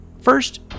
First